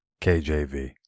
KJV